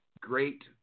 great